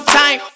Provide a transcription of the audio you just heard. time